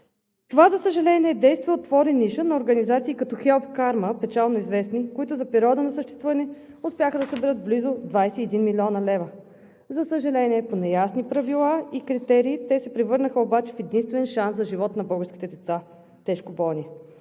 за съжаление, отвори ниша на организации като „Хелп Карма“ – печално известни, които за периода на съществуване успяха да съберат близо 21 млн. лв. За съжаление, по неясни правила и критерии те се превърнаха в единствен шанс за живот на българските деца – тежко болни,